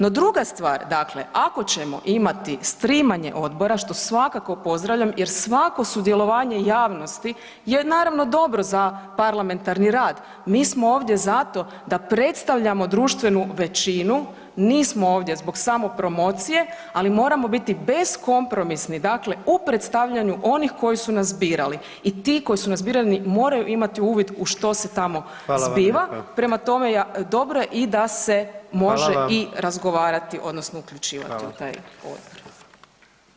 No druga stvar, dakle ako ćemo imati sreamanje odbora što svakako pozdravljam jer svako sudjelovanje javnosti je naravno dobro za parlamentarni rad, mi smo ovdje zato da predstavljamo društvenu većinu, nismo ovdje zbog samopromocije ali moramo biti beskompromisni dakle u predstavljanju onih koji su nas birali i ti koji su nas birali moraju imati uvid u što se tamo zbiva [[Upadica: Hvala vam lijepa.]] prema tome dobro je i da se može [[Upadica: Hvala vam.]] i razgovarati odnosno uključivati u taj odbor.